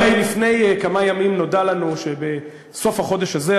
הרי לפני כמה ימים נודע לנו שבסוף החודש הזה,